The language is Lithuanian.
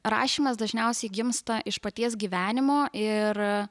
rašymas dažniausiai gimsta iš paties gyvenimo ir